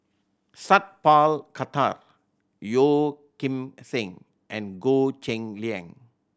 Sat Pal Khattar Yeo Kim Seng and Goh Cheng Liang